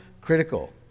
critical